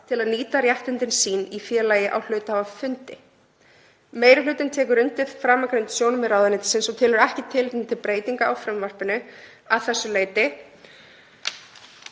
til að nýta réttindi sín í félagi á hluthafafundi. Meiri hlutinn tekur undir framangreind sjónarmið ráðuneytisins og telur ekki tilefni til breytinga á frumvarpinu að þessu leyti.